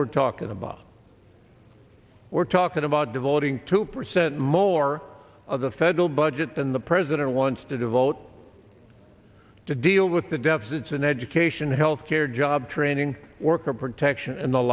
we're talking about we're talking about devoting two percent more of the federal budget than the president wants to devote to deal with the deficits in education health care job training worker protection and the